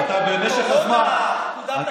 אתה במשך הזמן, קורונה?